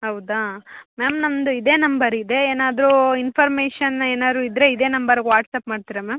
ಹೌದಾ ಮ್ಯಾಮ್ ನಮ್ದು ಇದೇ ನಂಬರ್ ಇದೆ ಏನಾದರೂ ಇನ್ಫಾರ್ಮೇಷನ್ ಏನಾದ್ರು ಇದ್ದರೆ ಇದೇ ನಂಬರ್ಗೆ ವಾಟ್ಸ್ಆ್ಯಪ್ ಮಾಡ್ತೀರಾ ಮ್ಯಾಮ್